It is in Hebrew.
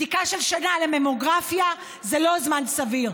בדיקה של שנה לממוגרפיה זה לא זמן סביר,